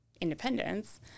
independence